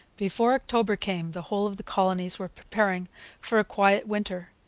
before october came the whole of the colonies were preparing for a quiet winter,